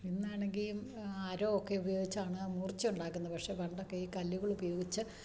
ഇന്ന് ആണെങ്കിൽ അരോവൊക്കെ ഉപയോഗിച്ചാണ് മുറിച്ച് ഉണ്ടാക്കുന്നത് പക്ഷേ പണ്ടൊക്കെ ഈ കല്ലുകൾ ഉപയോഗിച്ച്